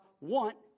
want